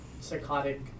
psychotic